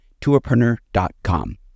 tourpreneur.com